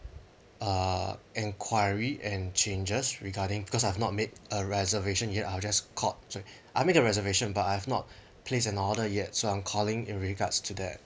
uh inquiry and changes regarding because I've not made a reservation yet I'll just called to I made a reservation but I have not placed an order yet so I'm calling in regards to that